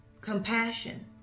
compassion